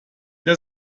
der